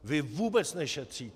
Vy vůbec nešetříte!